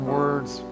words